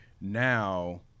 now